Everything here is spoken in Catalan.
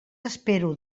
espero